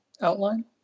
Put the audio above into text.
outline